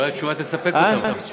אולי התשובה תספק אותם?